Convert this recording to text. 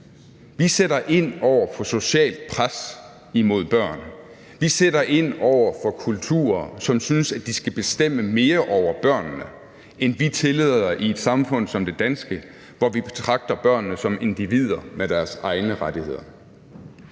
Vi sætter ind over for socialt pres imod børn. Vi sætter ind over for kulturer, som synes, at de skal bestemme mere over børnene, end vi tillader i et samfund som det danske, hvor vi betragter børnene som individer med deres egne rettigheder.